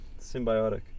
Symbiotic